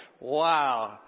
Wow